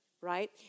right